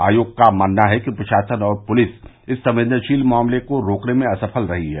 आयोग का मानना है कि प्रशासन और पुलिस इस संवेदनशील मामले को रोकने में असफल रहे हैं